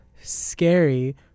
scary